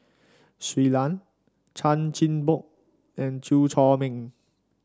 Shui Lan Chan Chin Bock and Chew Chor Meng